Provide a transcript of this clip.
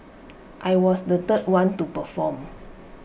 I was the third one to perform